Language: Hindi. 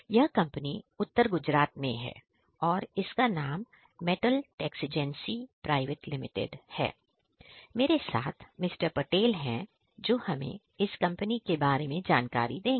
यह कंपनी उत्तर गुजरात में है और इसका नाम Metal Texigency Private Limited मेरे साथ मिस्टर पटेल है जो हमें इस कंपनी के बारे में और जानकारी देंगे